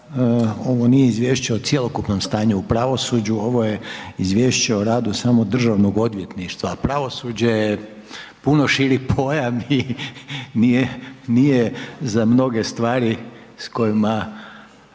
ovo nije izvješće o cjelokupnom tanju u pravosuđu, ovo je izvješće o radu samo Državnog odvjetništva, a pravosuđe je puno širi pojam i nije za mnoge stvari o kojima